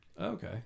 Okay